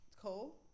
Cole